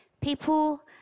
People